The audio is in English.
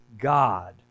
God